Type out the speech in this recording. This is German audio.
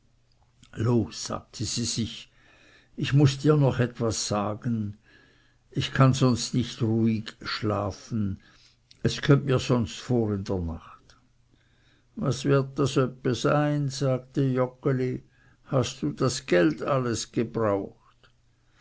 sagte sie ich muß dir noch etwas sagen ich kann sonst nicht ruhig schlafen es kömmt mir sonst vor in der nacht was wird das öppe sein sagte joggeli hast du das geld alles gebraucht